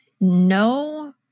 No